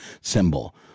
symbol